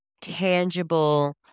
tangible